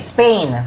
Spain